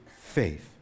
faith